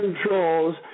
controls